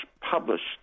published